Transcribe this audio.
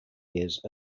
years